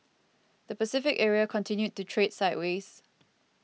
the Pacific area continued to trade sideways